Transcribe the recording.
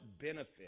benefit